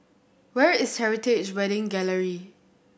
where is Heritage Wedding Gallery